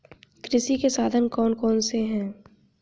कृषि के साधन कौन कौन से हैं?